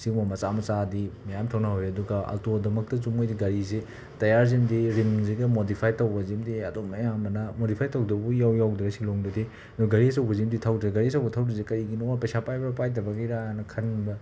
ꯁꯤꯒꯨꯝꯕ ꯃꯆꯥ ꯃꯆꯥꯗꯤ ꯃꯌꯥꯝ ꯊꯧꯅꯍꯧꯋꯦ ꯑꯗꯨꯒ ꯑꯜꯇꯣꯗꯃꯛꯇꯁꯨ ꯃꯣꯏꯗꯤ ꯒꯥꯔꯤꯁꯤ ꯇꯌꯥꯔꯖꯤꯝꯗꯤ ꯔꯤꯝꯖꯤꯒ ꯃꯣꯗꯤꯐꯥꯏꯠ ꯇꯧꯕꯁꯤꯃꯗꯤ ꯑꯗꯨꯝ ꯑꯌꯥꯝꯕꯅ ꯃꯣꯗꯤꯐꯥꯏꯠ ꯇꯧꯗꯕꯕꯨ ꯏꯌꯥꯎ ꯌꯥꯎꯗ꯭ꯔꯦ ꯁꯤꯂꯣꯡꯗꯗꯤ ꯒꯥꯔꯤ ꯑꯆꯧꯕꯁꯤꯃꯗꯤ ꯊꯧꯗ꯭ꯔꯦ ꯒꯥꯔꯤ ꯑꯆꯧꯕ ꯊꯧꯗ꯭ꯔꯤꯁꯤ ꯀꯔꯤꯒꯤꯅꯣ ꯄꯩꯁꯥ ꯄꯥꯏꯕ ꯄꯥꯏꯗꯕꯒꯤꯔꯥꯅ ꯈꯟꯕ